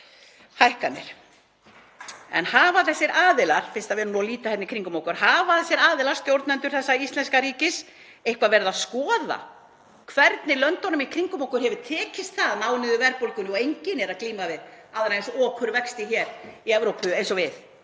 hækkanir. En hafa þessir aðilar, fyrst við erum að líta í kringum okkur, stjórnendur þessa íslenska ríkis, eitthvað verið að skoða hvernig löndunum í kringum okkur hefur tekist að ná niður verðbólgunni og enginn er að glíma við aðra eins okurvexti hér í Evrópu eins og við?